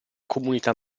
comunità